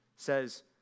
says